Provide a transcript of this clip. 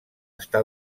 està